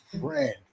friend